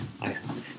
Nice